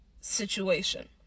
situation